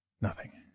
Nothing